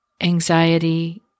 anxiety